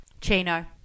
Chino